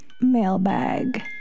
mailbag